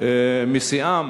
משיאים